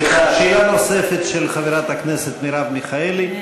שאלה נוספת של חברת הכנסת מרב מיכאלי,